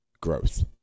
growth